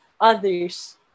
others